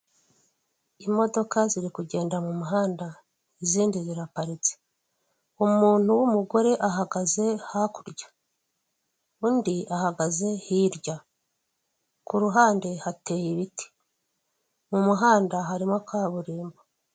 Urupapuro rwanditseho amabara agiye atandukanye, harimo ubururu, umuhondo, icyatsi rwo rurasa umweru, amagambo yanditse mu ibara ry'umukara n'ubururu, bikaba byanditse mu rurimi rw'icyongereza.